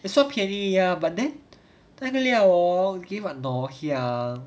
it's so 便宜:dian yi/ ya but then 那个料 hor give 很多 ngoh hiang